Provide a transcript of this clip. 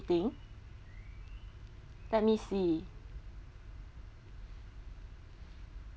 thing let me see